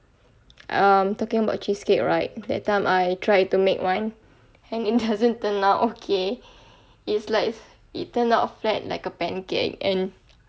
um talking about cheesecake right that time I tried to make one and it doesn't turn out okay it's like it turned out flat like a pancake and